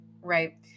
right